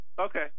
Okay